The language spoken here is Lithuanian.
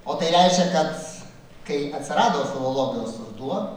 o tai reiškia kad kai atsirado filologijos ruduo